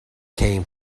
came